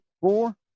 four